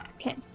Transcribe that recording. Okay